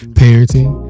parenting